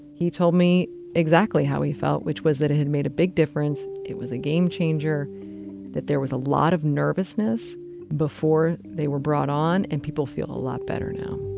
he told me exactly how he felt, which was that he had made a big difference. it was a game changer that there was a lot of nervousness before they were brought on. and people feel a lot better now